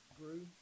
grew